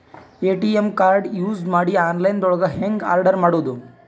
ATM card use ಮಾಡಿ online ದೊಳಗೆ ಹೆಂಗ್ ಆರ್ಡರ್ ಮಾಡುದು?